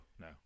no